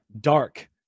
dark